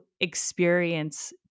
experience